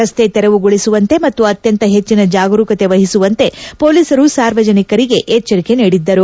ರಸ್ತೆ ತೆರವುಗೊಳಿಸುವಂತೆ ಮತ್ತು ಅತ್ಯಂತ ಹೆಚ್ಚಿನ ಜಾಗರೂಕತೆ ವಹಿಸುವಂತೆ ಮೊಲೀಸರು ಸಾರ್ವಜನಿಕರಿಗೆ ಎಚ್ಚರಿಕೆ ನೀಡಿದ್ದರು